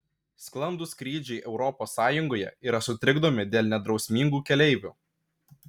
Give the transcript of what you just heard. sklandūs skrydžiai europos sąjungoje yra sutrikdomi dėl nedrausmingų keleivių